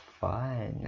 fun